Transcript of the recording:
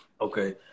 Okay